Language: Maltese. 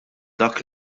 dak